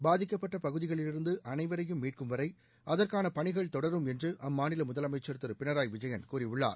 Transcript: பாதிக்கப்பட்ட பகுதிகளிலிருந்து அனைவரையும் மீட்கும் வரை அதற்கான பணிகள் தொடரும் என்று அம்மாநில முதலமைச்சர் திரு பினராயி விஜயன் கூறியுள்ளார்